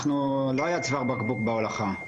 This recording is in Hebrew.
לא היה צוואר בקבוק בהולכה.